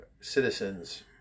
citizens